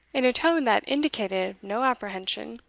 in a tone that indicated no apprehension.